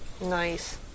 Nice